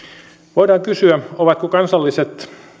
voidaan kysyä